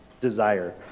desire